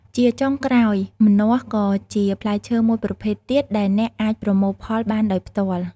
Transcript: ជាចុងក្រោយ ម្នាស់ក៏ជាផ្លែឈើមួយប្រភេទទៀតដែលអ្នកអាចប្រមូលផលបានដោយផ្ទាល់។